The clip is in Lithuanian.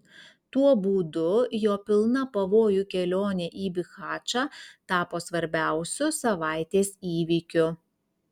tuo būdu jo pilna pavojų kelionė į bihačą tapo svarbiausiu savaitės įvykiu